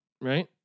right